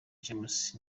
james